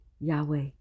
Yahweh